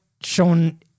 shown